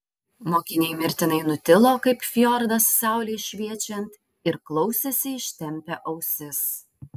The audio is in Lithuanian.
mokiniai mirtinai nutilo kaip fjordas saulei šviečiant ir klausėsi ištempę ausis